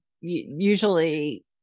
Usually